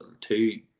two